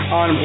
on